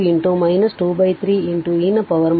5 23 e ನ power 2 t 3 ಆಗಿರುತ್ತದೆ